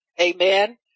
Amen